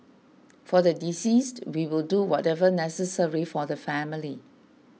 for the deceased we will do whatever necessary for the family